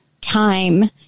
time